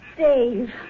Dave